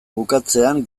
bukatzean